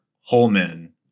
Holman